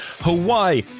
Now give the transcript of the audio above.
Hawaii